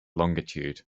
longitude